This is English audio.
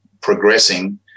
progressing